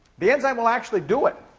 the enzyme will actually do it.